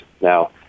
Now